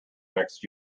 next